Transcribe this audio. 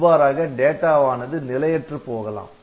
இவ்வாறாக டேட்டாவானது நிலையற்று போகலாம்